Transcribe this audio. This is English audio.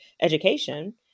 education